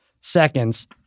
seconds